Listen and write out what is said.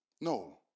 No